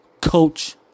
Coach